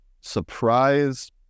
surprise